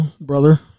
brother